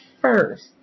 first